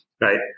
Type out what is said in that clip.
right